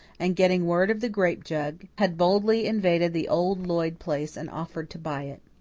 and, getting word of the grape jug, had boldly invaded the old lloyd place and offered to buy it.